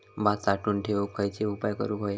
भात साठवून ठेवूक खयचे उपाय करूक व्हये?